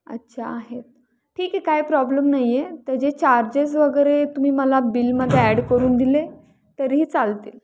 अच्छा आहेत ठीक आहे काही प्रॉब्लेम नाही आहे तर जे चार्जेस वगैरे तुम्ही मला बिलमध्ये ॲड करून दिले तरीही चालतील